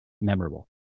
memorable